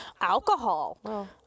alcohol